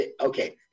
okay